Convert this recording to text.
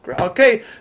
Okay